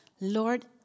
Lord